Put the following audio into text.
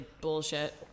bullshit